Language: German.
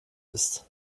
ist